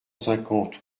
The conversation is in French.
cinquante